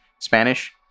Spanish